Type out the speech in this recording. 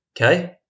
okay